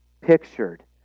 pictured